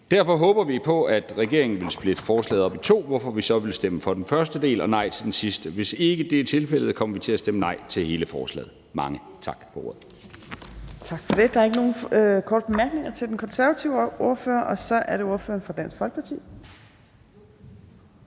Derfor håber vi på, at regeringen vil splitte forslaget op i to, hvor vi så vil stemme for den første del og imod den sidste del. Hvis ikke det bliver tilfældet, kommer vi til at stemme nej til hele forslaget. Mange tak for ordet.